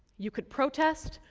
you could protest,